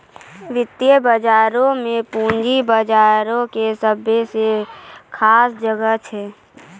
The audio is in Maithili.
वित्तीय बजारो मे पूंजी बजारो के सभ्भे से खास जगह छै